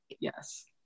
Yes